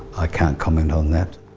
i can't comment on that.